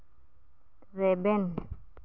ᱨᱮᱵᱮᱱ